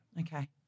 Okay